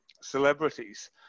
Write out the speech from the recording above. celebrities